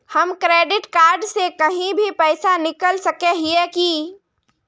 हम credit card से कहीं भी पैसा निकल सके हिये की?